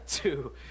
Two